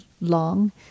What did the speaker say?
long